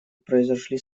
произошли